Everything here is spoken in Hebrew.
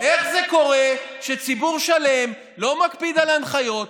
איך זה קורה שציבור שלם לא מקפיד על הנחיות,